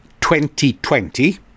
2020